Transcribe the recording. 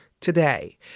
today